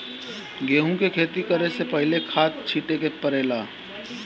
गेहू के खेती करे से पहिले खाद छिटे के परेला का?